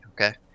okay